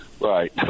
Right